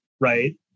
Right